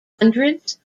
hundreds